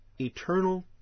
eternal